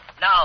no